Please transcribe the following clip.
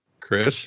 Chris